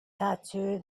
tattoo